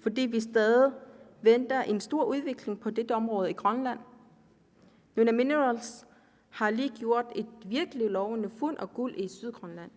fordi vi stadig forventer en stor udvikling på dette område i Grønland. NunaMinerals har lige gjort et virkelig lovende fund af guld i Sydgrønland.